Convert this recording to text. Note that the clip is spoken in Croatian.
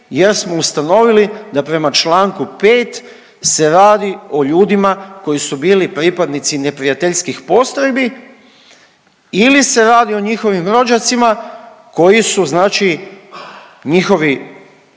jer smo ustanovili da prema čl. 5. se radi o ljudima koji su bili pripadnici neprijateljskih postrojbi ili se radi o njihovim rođacima koji su znači njihovi